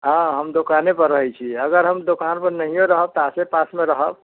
हाँ हम दोकाने पर रहैत छिऐ अगर हम दोकान पर नहिओ रहब तऽ आसे पासमे रहब